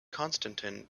konstantin